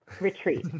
retreat